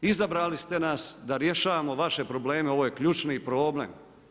Izabrali ste nas da rješavamo vaše probleme, ovo je ključni problem.